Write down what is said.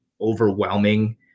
overwhelming